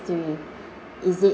~tory is it